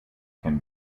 can